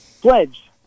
pledge